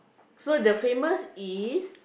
so the famous is